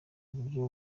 buryo